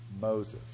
Moses